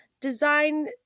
Design